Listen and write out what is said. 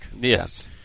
Yes